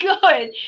good